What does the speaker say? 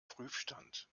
prüfstand